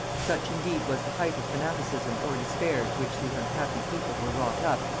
such indeed was the height of fanaticism or despair to which these unhappy people were wrought up,